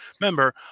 remember